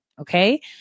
Okay